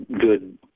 good